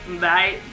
Bye